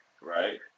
right